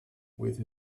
with